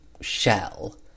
shell